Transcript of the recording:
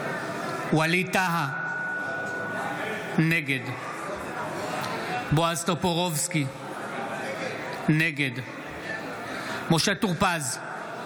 ווליד טאהא, נגד בועז טופורובסקי, נגד משה טור פז,